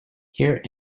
here